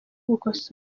gukosora